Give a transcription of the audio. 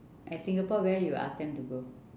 as singapore where you ask them to go